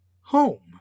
home